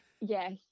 Yes